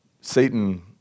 Satan